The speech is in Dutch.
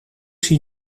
zie